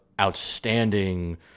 outstanding